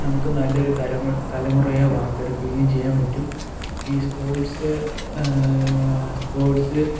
നമുക്ക് നല്ലൊരു തലമു തലമുറയെ വാർത്തെടുക്കുകയും ചെയ്യാൻ പറ്റും ഈ സ്പോർട്സ് സ്പോർട്സ്